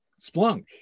Splunk